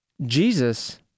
Jesus